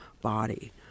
body